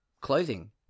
Clothing